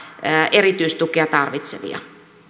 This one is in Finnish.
erityistukea tarvitsevia